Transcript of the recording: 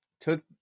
took